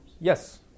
Yes